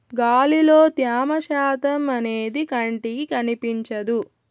గాలిలో త్యమ శాతం అనేది కంటికి కనిపించదు